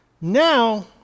Now